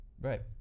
right